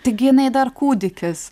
taigi jinai dar kūdikis